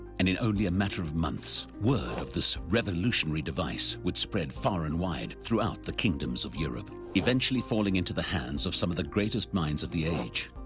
and in only a matter of months, word of this revolutionary device would spread far and wide throughout the kingdoms of europe, eventually falling into the hands of some of the greatest minds of the age,